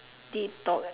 did talk